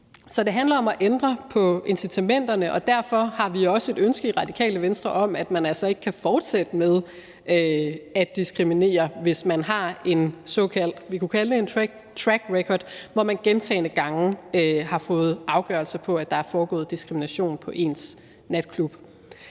Så det handler om at ændre på incitamenterne, og derfor har vi også et ønske i Radikale Venstre om, at man altså ikke kan fortsætte med at diskriminere, hvis man har, hvad vi kunne kalde en track record, hvor man gentagne gange har fået afgørelse om, at der er foregået diskrimination på ens natklub.